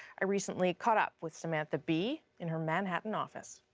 i recently caught up with samantha bee in her manhattan office.